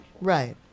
Right